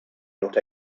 not